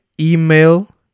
email